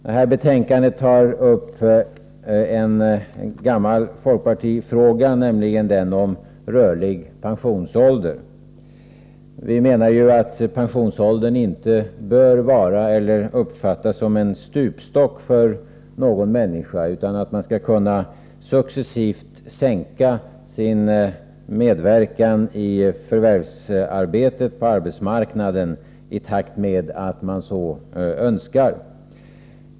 Detta betänkande tar också upp en gammal folkpartifråga, nämligen den om rörlig pensionsålder. Vi menar att pensionsåldern inte bör vara eller uppfattas såsom en stupstock för någon människa. Man skall kunna successivt sänka sin medverkan i förvärvsarbetet på arbetsmarknaden i takt med att man så önskar.